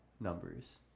numbers